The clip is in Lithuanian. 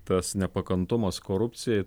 tas nepakantumas korupcijai